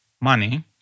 money